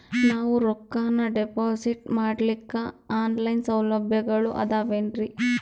ನಾವು ರೊಕ್ಕನಾ ಡಿಪಾಜಿಟ್ ಮಾಡ್ಲಿಕ್ಕ ಆನ್ ಲೈನ್ ಸೌಲಭ್ಯಗಳು ಆದಾವೇನ್ರಿ?